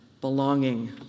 belonging